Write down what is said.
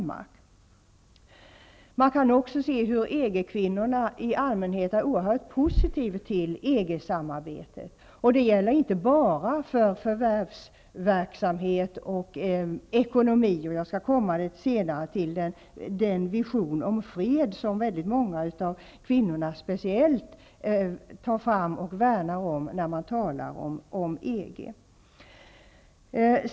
Man kan också se hur EG-kvinnorna i allmänhet är oerhört positiva till EG-samarbetet. Det gäller inte bara för förvärvsverksamhet och ekonomi. Jag skall senare komma in på den vision om fred som många av kvinnorna speciellt tar fram och värnar om när man talar om EG.